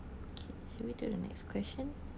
should we to the next question